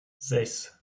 sechs